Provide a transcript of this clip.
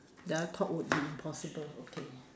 that I thought would be impossible okay